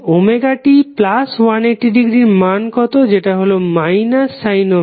sin ωt180 এর মান কত যেটা হল ωt